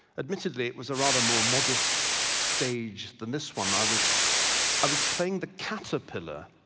admittedly, it was a rather more modest stage than this one. i was i was playing the caterpillar